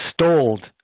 stalled